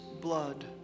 blood